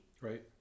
Right